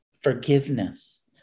forgiveness